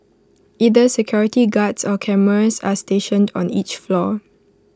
either security guards or cameras are stationed on each floor